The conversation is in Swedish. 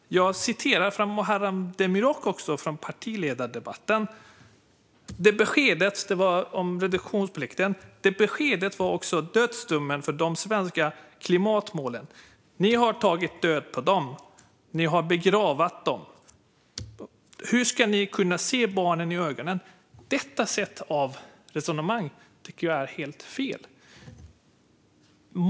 Jag kan också nämna hur Muharrem Demirok uttryckte sig i tv:s partiledardebatt: Det beskedet - alltså om reduktionsplikten - var också dödsdomen för de svenska klimatmålen. Ni har tagit död på dem och begravt dem. Hur ska ni kunna se barnen i ögonen, frågade han också. Detta sätt att resonera tycker jag är helt fel.